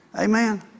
Amen